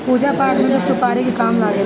पूजा पाठ में भी सुपारी के काम लागेला